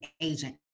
agent